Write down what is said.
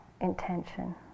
intention